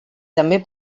també